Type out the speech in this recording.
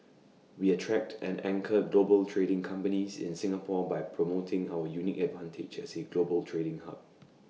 we attract and anchor global trading companies in Singapore by promoting our unique advantages as A global trading hub